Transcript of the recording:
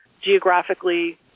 geographically